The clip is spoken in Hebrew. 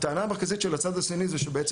הטענה המרכזית של הצד השני היא שבעצם